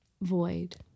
void